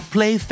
Play